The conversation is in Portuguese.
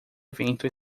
evento